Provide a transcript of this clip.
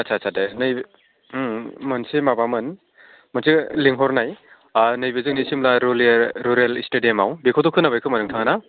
आत्सा आत्सा दे नै ओम मोनसे माबामोन मोनसे लेंहरनाय नैबे जोंनि सिमला रुरेल स्टेडियामाव बेखौथ' खोनाबाय खोमा नोंथाङा ना